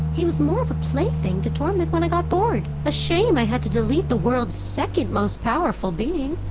he was more of a plaything to torment when i got bored. a shame i had to delete the world's second most powerful being